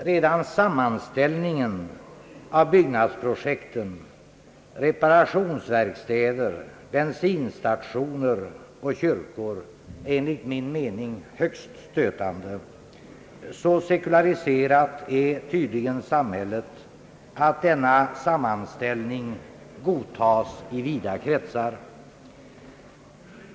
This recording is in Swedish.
Redan sammanställningen av byggnadsprojekten reparationsverkstäder, bensinstationer och kyrkor — är enligt min mening högst stötande. Så sekulariserat är tydligen samhället att en sådan sammanställning godtas i vida kretsar.